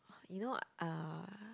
you know uh